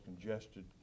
congested